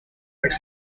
but